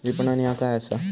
विपणन ह्या काय असा?